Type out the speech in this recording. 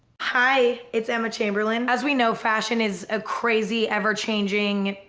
hi it's emma chamberlain. as we know fashion is a crazy ever-changing